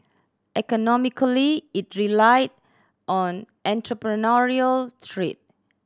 economically it relied on entrepreneurial trade